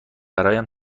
برایم